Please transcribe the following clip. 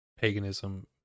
paganism